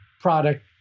product